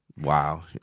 Wow